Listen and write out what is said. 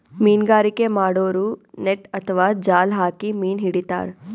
ಮೀನ್ಗಾರಿಕೆ ಮಾಡೋರು ನೆಟ್ಟ್ ಅಥವಾ ಜಾಲ್ ಹಾಕಿ ಮೀನ್ ಹಿಡಿತಾರ್